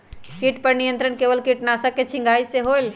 किट पर नियंत्रण केवल किटनाशक के छिंगहाई से होल?